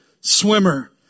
swimmer